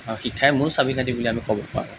আৰু শিক্ষাই মূল চাবি কাঠী বুলি আমি ক'ব পাৰোঁ